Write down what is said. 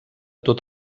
tot